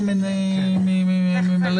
אני פותח את